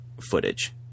footage